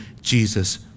Jesus